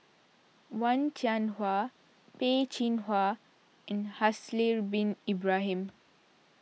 Wen Jinhua Peh Chin Hua and Haslir Bin Ibrahim